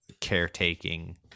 caretaking